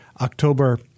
October